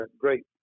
great